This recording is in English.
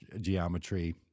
geometry